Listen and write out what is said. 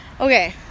Okay